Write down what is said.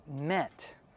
meant